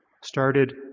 started